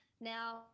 Now